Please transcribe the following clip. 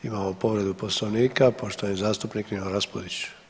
Imamo povredu poslovnika, poštovani zastupnik Nino Raspudić.